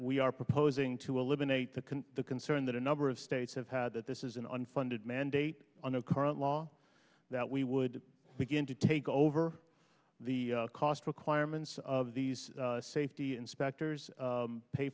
we are proposing to eliminate the can the concern that a number of states have had that this is an unfunded mandate on our current law that we would begin to take over the cost requirements of these safety inspectors